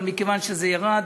אבל מכיוון שזה ירד,